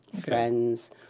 friends